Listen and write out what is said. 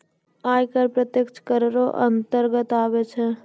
आय कर प्रत्यक्ष कर रो अंतर्गत आबै छै